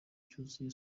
cyuzuye